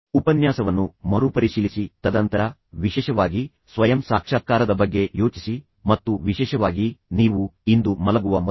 ಉಪನ್ಯಾಸವನ್ನು ಮರುಪರಿಶೀಲಿಸಿ ತದನಂತರ ವಿಶೇಷವಾಗಿ ಸ್ವಯಂ ಸಾಕ್ಷಾತ್ಕಾರದ ಬಗ್ಗೆ ಯೋಚಿಸಿ ಮತ್ತು ವಿಶೇಷವಾಗಿ ನೀವು ಇಂದು ಮಲಗುವ ಮೊದಲು